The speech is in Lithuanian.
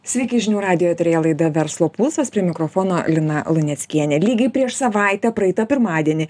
sveiki žinių radijo eteryje laida verslo pulsas prie mikrofono lina luneckienė lygiai prieš savaitę praeitą pirmadienį